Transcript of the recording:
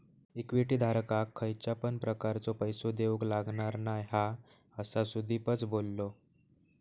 equity धारकाक खयच्या पण प्रकारचो पैसो देऊक लागणार नाय हा, असा सुदीपच बोललो